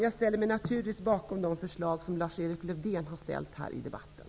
Jag ställer mig naturligtvis bakom de förslag som Lars-Erik Lövdén har lagt fram i debatten.